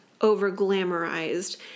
over-glamorized